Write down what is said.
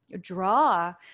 draw